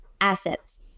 assets